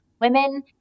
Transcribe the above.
women